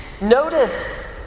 Notice